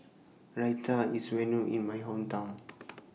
Raita IS Well known in My Hometown